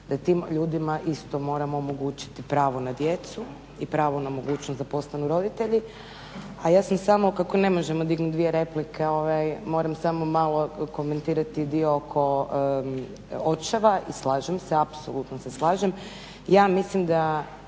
da tim ljudima isto moramo omogućiti pravo na djecu i pravo na mogućnost da postanu roditelji. A ja sam samo, kako ne možemo dignut dvije replike, moram samo malo komentirati dio oko očeva i slažem se, apsolutno se slažem, ja mislim da